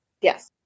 Yes